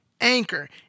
Anchor